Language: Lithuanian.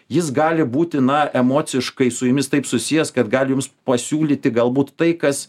jis gali būti na emociškai su jumis taip susijęs kad gali jums pasiūlyti galbūt tai kas